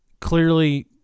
clearly